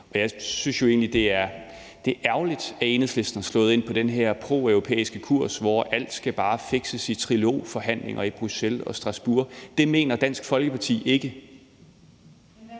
jeg synes jo egentlig, at det er ærgerligt, at Enhedslisten er slået ind på den her proeuropæiske kurs, hvor alt bare skal fikses i trilogforhandlinger i Bruxelles og Strasbourg. Det mener Dansk Folkeparti ikke.